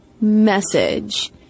message